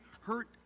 hurt